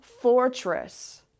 fortress